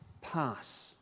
pass